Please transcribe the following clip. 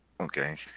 Okay